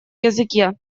языке